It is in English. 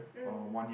mm